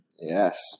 Yes